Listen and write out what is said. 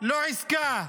לא עסקה,